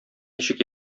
ничек